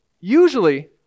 usually